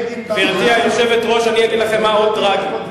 גברתי היושבת-ראש, אני אגיד לכם מה עוד טרגי.